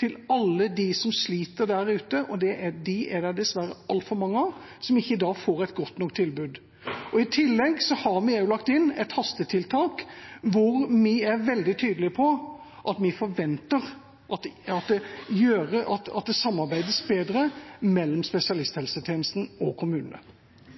til alle dem som sliter der ute, og dem er det dessverre altfor mange av, som i dag ikke får et godt nok tilbud. I tillegg har vi lagt inn et hastetiltak hvor vi er veldig tydelige på at vi forventer at det samarbeides bedre mellom spesialisthelsetjenesten og kommunene.